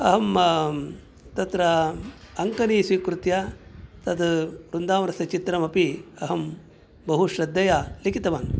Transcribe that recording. अहं तत्र अङ्कनी स्वीकृत्य तद्वृन्दावनस्य चित्रमपि अहं बहुश्रद्धया लिखितवान्